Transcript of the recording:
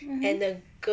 mmhmm